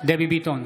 דבי ביטון,